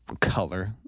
color